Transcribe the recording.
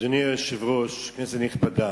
אדוני היושב-ראש, כנסת נכבדה,